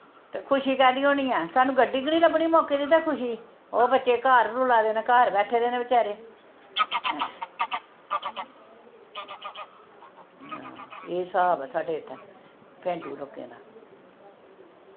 ते खुशी कैह्दी होनी ऐ सानू गड्डी गै नी लब्भनी मौके दी ते खुशी ओह् बच्चे घर रुला दे न घर बैठे दे न बेचारे एह् स्हाब ऐ साढ़े इत्थें पेंडू लोकें दा